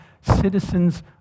citizens